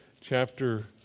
chapter